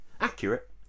Accurate